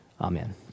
Amen